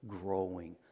growing